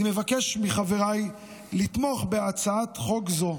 אני מבקש מחבריי לתמוך בהצעת חוק זו.